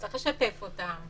צריך לשתף אותם.